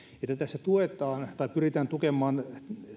että tässä tuetaan tai pyritään tukemaan